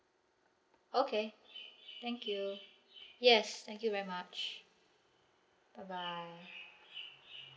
okay thank you yes thank you very much bye bye